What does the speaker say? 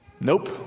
Nope